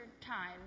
time